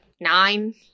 nine